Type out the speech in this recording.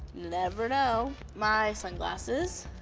never know. my sunglasses.